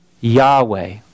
Yahweh